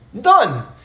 Done